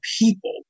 people